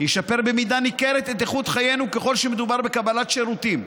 ישפר במידה ניכרת את איכות חיינו ככל שמדובר בקבלת שירותים,